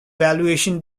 valuation